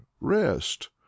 rest